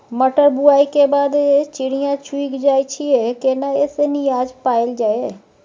मटर बुआई के बाद चिड़िया चुइग जाय छियै केना ऐसे निजात पायल जाय?